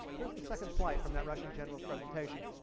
here's the second slide from that russian generals presentation.